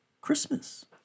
Christmas